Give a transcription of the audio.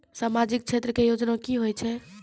समाजिक क्षेत्र के योजना की होय छै?